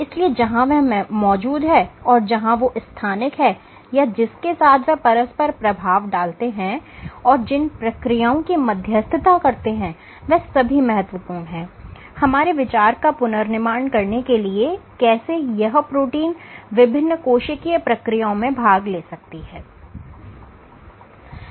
इसलिए जहां वह मौजूद है और जहां वो स्थानिक है या जिसके साथ वह परस्पर प्रभाव डालते हैं और जिन प्रक्रियाओं की मध्यस्थता करते हैं वह सभी महत्वपूर्ण हैं हमारे विचार का पुनर्निर्माण करने के लिए कैसे यह प्रोटीन विभिन्न कोशिकीय प्रक्रियाओं में भाग ले सकती हैं ठीक है